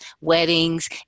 weddings